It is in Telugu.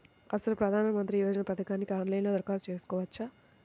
అసలు ప్రధాన మంత్రి యోజన పథకానికి ఆన్లైన్లో దరఖాస్తు చేసుకోవచ్చా?